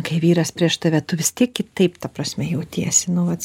kai vyras prieš tave tu vis tiek kitaip ta prasme jautiesi nu vat